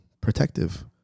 protective